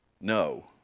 no